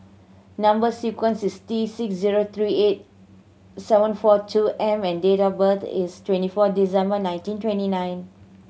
number sequence is T six zero three eight seven four two M and date of birth is twenty four December nineteen twenty nine